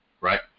right